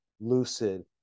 Lucid